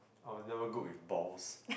I was never good with balls